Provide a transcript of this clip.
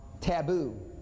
taboo